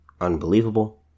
unbelievable